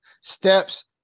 steps